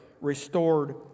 restored